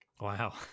Wow